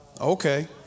Okay